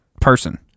person